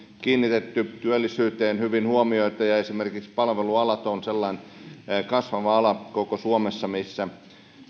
kiinnitetty työllisyyteen hyvin huomiota ja esimerkiksi palveluala on koko suomessa sellainen kasvava ala missä